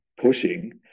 pushing